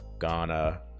Ghana